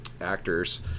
actors